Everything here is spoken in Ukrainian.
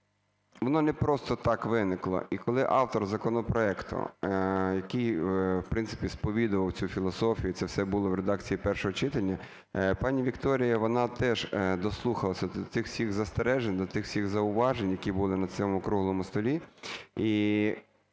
воно не просто так виникло. І коли автор законопроекту, який в принципі сповідував цю філософію, це все було в редакції першого читання. Пані Вікторія, вона теж дослухалася до цих всіх застережень, до тих всіх зауважень, які були на цьому круглому столі,